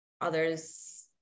others